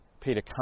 Peter